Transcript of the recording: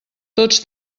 tots